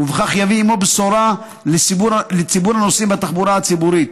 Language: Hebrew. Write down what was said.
ובכך יביא עימו בשורה לציבור הנוסעים בתחבורה הציבורית.